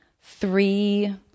three